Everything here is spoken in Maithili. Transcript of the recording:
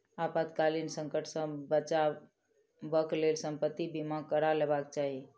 आपातकालीन संकट सॅ बचावक लेल संपत्ति बीमा करा लेबाक चाही